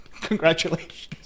congratulations